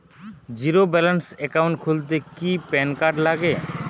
Zero balance account খুলতে কি PAN card লাগে?